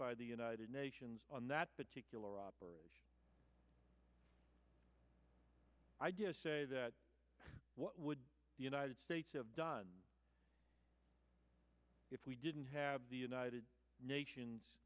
by the united nations on that particular operation say that what would the united states have done if we didn't have the united nations